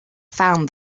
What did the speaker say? found